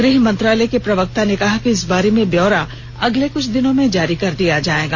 गृह मंत्रालय के प्रवक्ता ने कहा कि इस बारे में ब्यौरा अगले कुछ दिनों में जारी कर दिया जाएगा